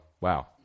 Wow